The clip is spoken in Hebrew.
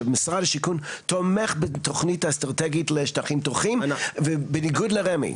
שמשרד התכנון תומך בתוכנית האסטרטגית לשטחים פתוחים בניגוד לרמ"י.